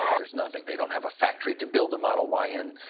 there's nothing, they don't have a factory to build a model y in.